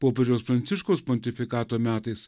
popiežiaus pranciškaus pontifikato metais